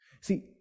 See